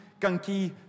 gunky